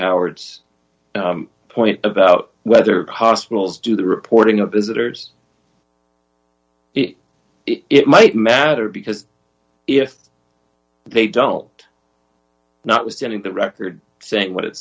howard's point about whether hospitals do the reporting of visitors it might matter because if they don't notwithstanding the record saying what it